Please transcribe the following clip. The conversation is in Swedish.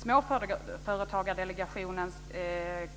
Småföretagsdelegationen